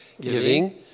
giving